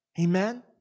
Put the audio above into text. Amen